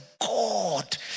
God